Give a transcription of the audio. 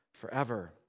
forever